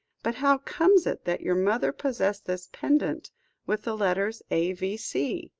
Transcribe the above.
but how comes it that your mother possessed this pendant with the letters a v c?